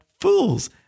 fools